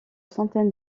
centaine